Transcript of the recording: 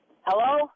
Hello